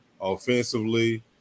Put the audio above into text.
offensively